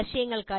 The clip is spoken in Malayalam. ac